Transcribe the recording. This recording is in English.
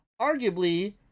arguably